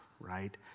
right